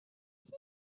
soon